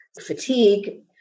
fatigue